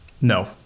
No